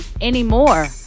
anymore